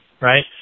right